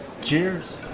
cheers